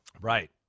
Right